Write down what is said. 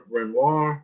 Renoir